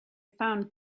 found